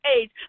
age